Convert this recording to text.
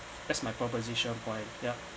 that's my proposition point yeah